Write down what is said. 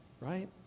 right